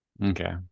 okay